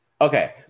Okay